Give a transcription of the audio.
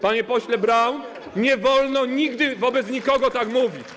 Panie pośle Braun, nie wolno nigdy wobec nikogo tak mówić.